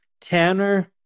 Tanner